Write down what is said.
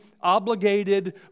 obligated